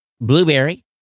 Blueberry